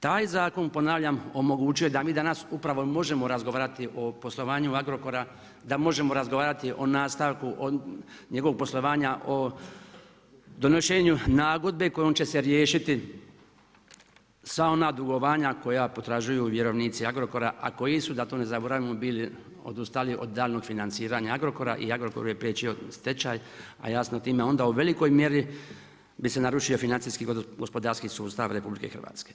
Taj zakon ponavljam omogućuje da mi danas upravo možemo razgovarati o poslovanju Agrokora, da možemo razgovarati o nastavku njegovog poslovanja o donošenju nagodbe kojom će se riješiti sva ona dugovanja koja potražuju vjerovnici Agrokora a koji su da to ne zaboravimo bili odustali od daljnjeg financiranja Agrokora i Agrokoru je priječio stečaj, a jasno time onda u velikoj mjeri bi se narušio financijski gospodarski sustav RH.